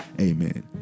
Amen